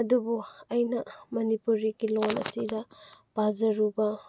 ꯑꯗꯨꯕꯨ ꯑꯩꯅ ꯃꯅꯤꯄꯨꯔꯤꯒꯤ ꯂꯣꯜ ꯑꯁꯤꯗ ꯄꯥꯖꯔꯨꯕ